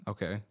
Okay